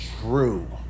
true